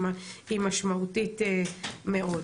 היא משמעותית מאוד.